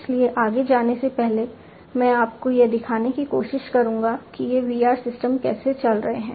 इसलिए आगे जाने से पहले मैं आपको यह दिखाने की कोशिश करूँगा कि ये VR सिस्टम कैसे चल रहे हैं